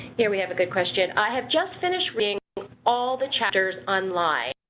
here we have a good question. i have just finished with all the chatters online,